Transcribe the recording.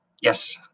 Yes